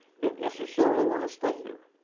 don't necessarily want to stay here.